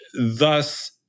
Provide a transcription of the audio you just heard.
thus